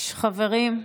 חברים,